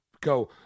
go